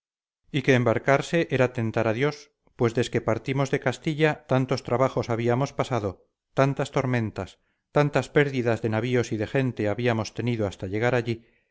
y que embarcarse era tentar a dios pues desque partimos de castilla tantos trabajos habíamos pasado tantas tormentas tantas pérdidas de navíos y de gente habíamos tenido hasta llegar allí